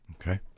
Okay